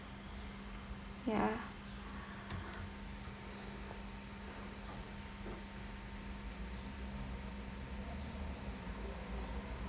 ya